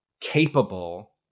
capable